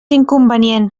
inconvenient